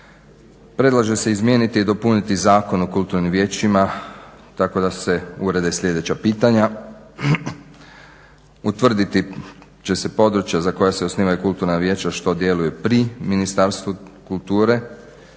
Predlaže se izmijeniti i dopuniti Zakon o kulturnim vijećima tako da se urede sljedeća pitanja, utvrditi će se područja za koja se osnivaju kulturna vijeća što djeluju pri Ministarstvu kulture